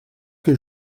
que